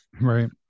Right